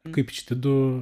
kaip čia tie du